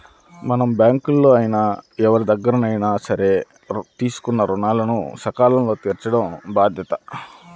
మనం బ్యేంకుల్లో అయినా ఎవరిదగ్గరైనా సరే తీసుకున్న రుణాలను సకాలంలో తీర్చటం బాధ్యత